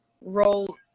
role